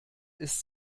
ist